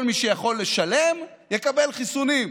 כל מי שיכול לשלם יקבל חיסונים.